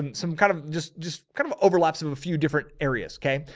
and some kind of just, just kind of overlap some, a few different areas. okay.